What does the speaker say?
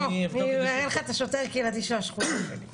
אראה לך את השוטר הקהילתי של השכונה שלי.